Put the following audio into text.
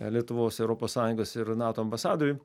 lietuvos europos sąjungos ir nato ambasadoriui